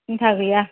सिनथा गैया